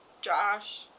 Josh